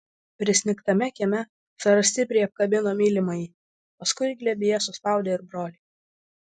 prisnigtame kieme sara stipriai apkabino mylimąjį paskui glėbyje suspaudė ir brolį